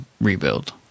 rebuild